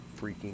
freaking